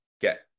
get